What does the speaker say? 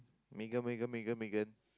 Megan Megan Megan Megan